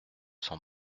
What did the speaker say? cent